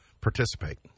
participate